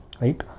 right